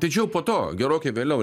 tai čia jau po to gerokai vėliau